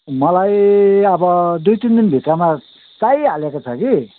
मलाई अब दुई तिन दिनभित्रमा चाहिहालेको छ कि